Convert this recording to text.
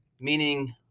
Meaning